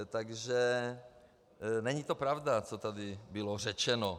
Takže není to pravda, co tady bylo řečeno.